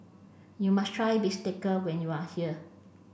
you must try Bistake when you are here